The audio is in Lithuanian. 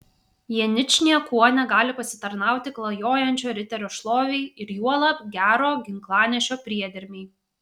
jie ničniekuo negali pasitarnauti klajojančio riterio šlovei ir juolab gero ginklanešio priedermei